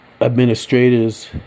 Administrators